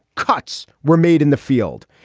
cuts were made in the field.